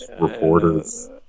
reporters